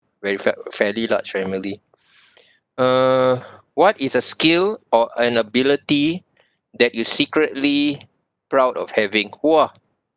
very fair~ fairly large family uh what is a skill or an ability that you're secretly proud of having !wah!